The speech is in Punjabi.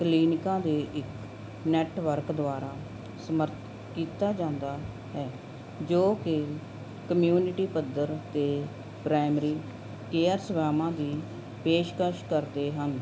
ਕਲੀਨਕਾਂ ਦੇ ਇੱਕ ਨੈਟਵਰਕ ਦੁਆਰਾ ਸਮਰਥ ਕੀਤਾ ਜਾਂਦਾ ਹੈ ਜੋ ਕਿ ਕਮਿਊਨਿਟੀ ਪੱਧਰ 'ਤੇ ਪ੍ਰਾਈਮਰੀ ਕੇਅਰ ਸੇਵਾਵਾਂ ਦੀ ਪੇਸ਼ਕਸ਼ ਕਰਦੇ ਹਨ